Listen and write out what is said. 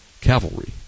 Cavalry